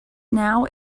now